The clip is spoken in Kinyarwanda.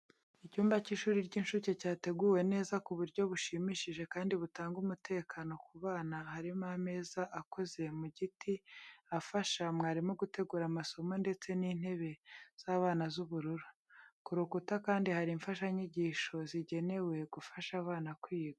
Icyumba cy’ishuri ry’incuke cyateguwe neza ku buryo bushimishije kandi butanga umutekano ku bana. Harimo ameza akoze mu giti afasha mwarimu gutegura amasomo ndetse n’intebe z’abana z’ubururu. Ku rukuta kandi hari imfashanyigisho zigenewe gufasha abana kwiga.